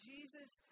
Jesus